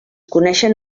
coneixen